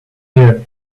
here